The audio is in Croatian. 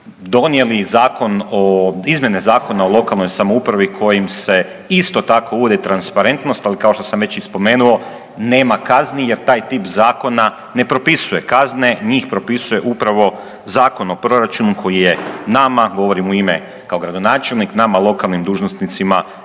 donijeli izmjene Zakona o lokalnoj samoupravi kojim se isto tako uvodi transparentnost, ali kao što sam već i spomenuo nema kazni jer taj tip zakona ne propisuje kazne, njih propisuje upravo Zakon o proračunu koji je nama, govorim u ime kao gradonačelnik, nama lokalnim dužnosnicima